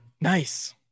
Nice